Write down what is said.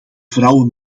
vrouwen